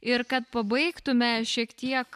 ir kad pabaigtume šiek tiek